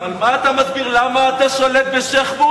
אבל מה אתה מסביר, למה אתה שולט בשיח'-מוניס?